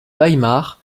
weimar